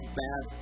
bad